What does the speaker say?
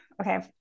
okay